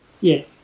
Yes